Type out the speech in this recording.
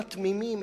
הם התמימים.